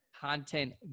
content